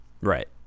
Right